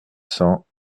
cents